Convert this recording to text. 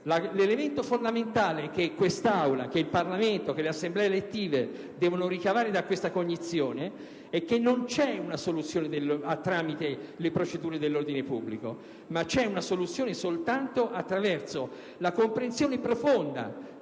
L'elemento fondamentale che questa Aula, il Parlamento e le Assemblee elettive devono ricavare da questa cognizione è che non c'è soluzione a questo problema tramite le procedure dell'ordine pubblico, ma soltanto attraverso la comprensione profonda